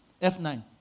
F9